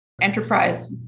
Enterprise